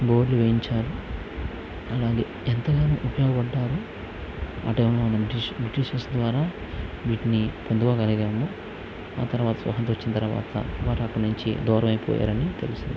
బోర్లు వేయించారు అలాగే ఎంతగానో ఉపయోగపడ్డారు ఆ టైమ్లో ఉన్న బ్రిటిష్ బ్రిటిషర్స్ ద్వారా వీటిని చదవగలిగాము ఆ తరువాత స్వతంత్రం వచ్చిన తరువాత వారు అక్కడి నుంచి దూరమైపోయారని తెలుసు